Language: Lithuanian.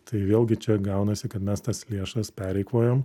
tai vėlgi čia gaunasi kad mes tas lėšas pereikvojom